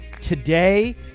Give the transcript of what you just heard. Today